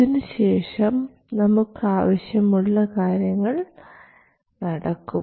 ഇതിനുശേഷം നമുക്കാവശ്യമുള്ള കാര്യങ്ങൾ നടക്കും